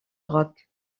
rock